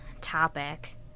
topic